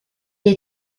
est